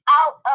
out